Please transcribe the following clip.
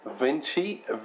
Vinci